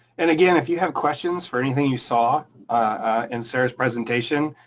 and again, if you have questions for anything you saw in sarah's presentation,